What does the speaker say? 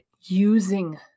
using